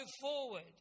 forward